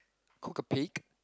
cook or bake